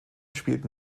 spielten